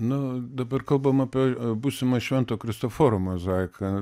nu dabar kalbam apie būsimą švento kristoforo mozaiką